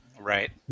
Right